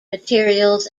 materials